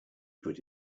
put